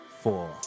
Four